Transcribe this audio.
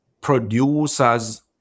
producers